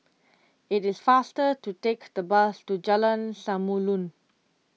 it is faster to take the bus to Jalan Samulun